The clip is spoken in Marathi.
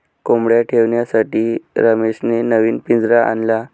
कोंबडया ठेवण्यासाठी रमेशने नवीन पिंजरा आणला